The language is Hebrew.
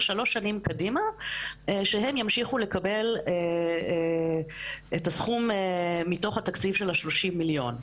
שלוש שנים קדימה שהם ימשיכו לקבל את הסכום מתוך התקציב של ה-30 מיליון.